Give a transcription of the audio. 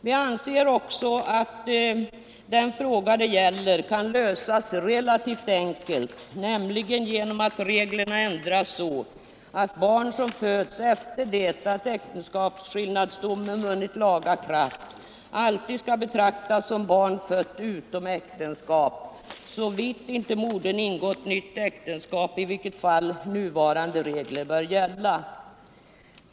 Vi anser också att detta problem kan lösa relativt enkelt, nämligen genom att reglerna ändras så att barn som föds efter det att äktenskapsskillnadsdomen vunnit laga kraft alltid skall betraktas som barn fött utom äktenskap såvida inte modern ingått äktenskap, i vilket fall nuvarande regler bör gälla.